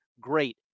great